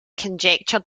conjectured